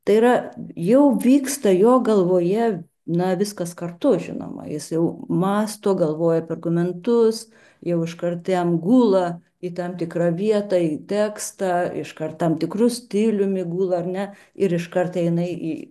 tai yra jau vyksta jo galvoje na viskas kartu žinoma jis jau mąsto galvoja apie argumentus jie užkart jam gula į tam tikrą vietą į tekstą iškart tam tikru stiliumi gula ar ne ir iš kart eina į